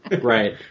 Right